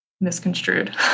misconstrued